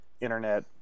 internet